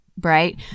right